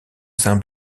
saint